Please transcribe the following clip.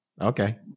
Okay